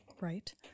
Right